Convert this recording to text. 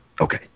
Okay